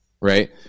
right